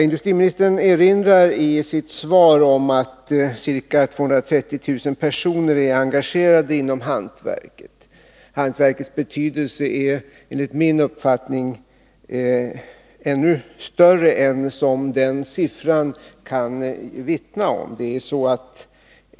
Industriministern erinrar i sitt svar om att ca 230000 personer är engagerade inom hantverket. Hantverkets betydelse är enligt min uppfattning ännu större än den siffran kan vittna om.